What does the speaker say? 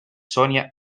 sonia